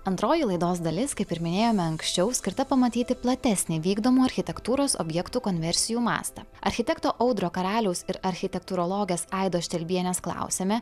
antroji laidos dalis kaip ir minėjome anksčiau skirta pamatyti platesnį vykdomų architektūros objektų konversijų mastą architekto audrio karaliaus ir architektūrologės aidos štelbienės klausiame